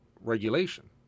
regulation